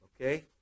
Okay